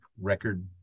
record